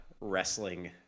wrestling